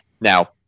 Now